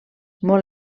molt